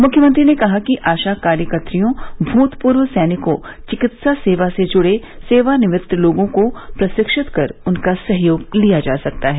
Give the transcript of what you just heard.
मुख्यमंत्री ने कहा कि आशा कार्यकत्रियों भूतपूर्व सैनिकों चिकित्सा सेवा से जुड़े सेवानिवृत्त लोगों को प्रशिक्षित कर उनका सहयोग लिया जा सकता है